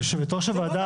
יושבת ראש הוועדה.